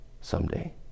someday